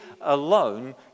alone